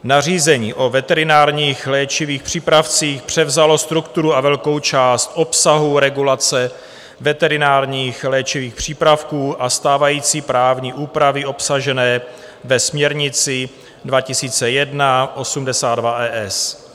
Nařízení o veterinárních léčivých přípravcích převzalo strukturu a velkou část obsahu regulace veterinárních léčivých přípravků a stávající právní úpravy obsažené ve směrnici 2001/82/ES.